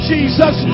Jesus